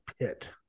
pit